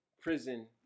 prison